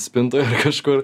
spintoj kažkur